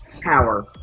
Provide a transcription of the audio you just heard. power